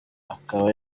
akaba